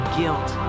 guilt